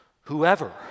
Whoever